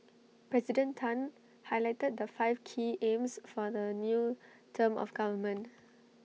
President Tan highlighted the five key aims for the new term of government